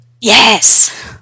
yes